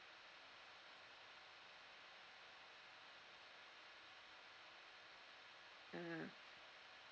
mm